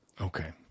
Okay